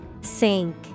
Sink